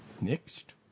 Next